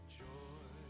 joy